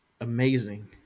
amazing